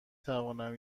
توانم